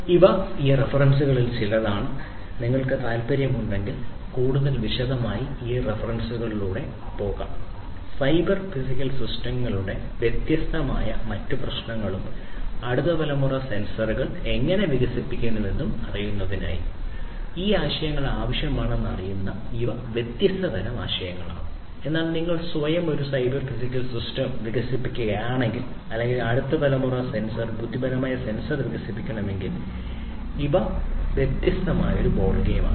ഇവ ഈ റഫറൻസുകളിൽ ചിലതാണ് നിങ്ങൾക്ക് താൽപ്പര്യമുണ്ടെങ്കിൽ കൂടുതൽ വിശദമായി ഈ റഫറൻസുകളിലൂടെ പോകാം സൈബർ ഫിസിക്കൽ സിസ്റ്റങ്ങളുടെ വ്യത്യസ്തമായ മറ്റ് പ്രശ്നങ്ങളും അടുത്ത തലമുറ സെൻസറുകൾ എങ്ങനെ വികസിപ്പിക്കാമെന്നും അറിയാൻ ഈ ആശയങ്ങൾ ആവശ്യമാണെന്ന് അറിയുന്ന ഇവ വ്യത്യസ്ത ആശയങ്ങളാണ് എന്നാൽ നിങ്ങൾ സ്വയം ഒരു സൈബർ ഫിസിക്കൽ സിസ്റ്റം വികസിപ്പിക്കണമെങ്കിൽ അല്ലെങ്കിൽ അടുത്ത തലമുറ സെൻസർ ബുദ്ധിപരമായ സെൻസർ വികസിപ്പിക്കണമെങ്കിൽ അത് തികച്ചും വ്യത്യസ്തമായ ഒരു ബോൾ ഗെയിമാണ്